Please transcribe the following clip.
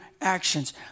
actions